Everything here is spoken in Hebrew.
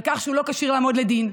על כך שהוא לא כשיר לעמוד לדין.